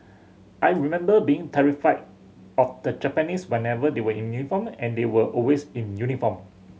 I remember being terrified of the Japanese whenever they were in uniform and they were always in uniform